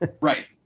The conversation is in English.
Right